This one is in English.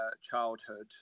childhood